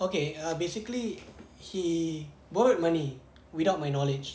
okay ah basically he borrowed money without my knowledge